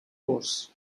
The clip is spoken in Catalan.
vós